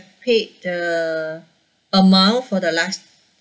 paid the amount for the last